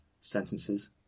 sentences